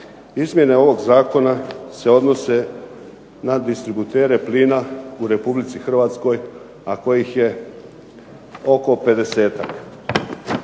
izmjene ovog zakona se odnose na distributere plina u Republici Hrvatskoj, a kojih je oko